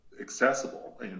accessible